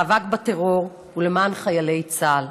מאבק בטרור ולמען חיילי צה"ל,